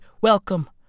Welcome